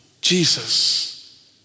Jesus